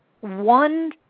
one